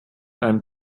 einem